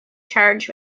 charge